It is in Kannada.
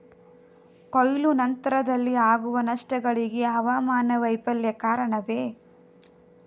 ಕೊಯ್ಲು ನಂತರದಲ್ಲಿ ಆಗುವ ನಷ್ಟಗಳಿಗೆ ಹವಾಮಾನ ವೈಫಲ್ಯ ಕಾರಣವೇ?